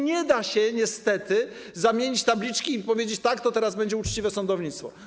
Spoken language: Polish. Nie da się niestety zamienić tabliczki i powiedzieć: to teraz będzie uczciwe sądownictwo.